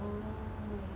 oh